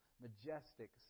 majestic